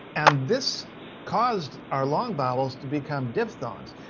and this caused our long vowels to become diphthongs.